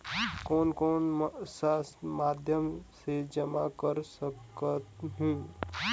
कौन कौन सा माध्यम से जमा कर सखहू?